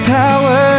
power